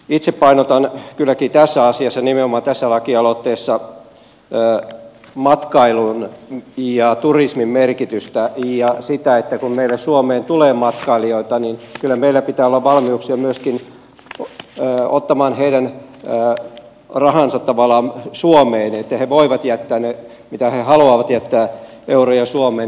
itse painotan kylläkin tässä asiassa nimenomaan tässä lakialoitteessa matkailun ja turismin merkitystä ja sitä että kun meille suomeen tulee matkailijoita niin kyllä meillä pitää olla valmiuksia myöskin ottaa heidän rahansa tavallaan suomeen että he voivat jättää ne mitä he haluavat jättää euroja suomeen